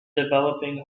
developing